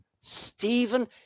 Stephen